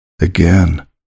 again